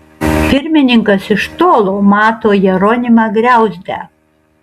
pirmininkas iš tolo mato jeronimą griauzdę